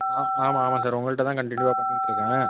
ஆ ஆமாம் ஆமாம் சார் உங்கள்கிட்ட தான் கன்ட்டின்யூவ்வாக பண்ணிகிட்ருக்கேன்